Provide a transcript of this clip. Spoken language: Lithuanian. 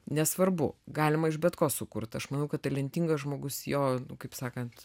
nesvarbu galima iš bet ko sukurt aš manau kad talentingas žmogus jo kaip sakant